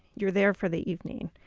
you are there for the evening